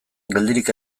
geldirik